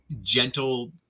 gentle